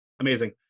Amazing